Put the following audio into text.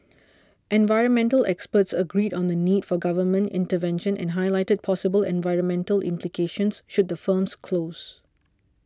environmental experts agreed on the need for government intervention and highlighted possible environmental implications should the firms close